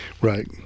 right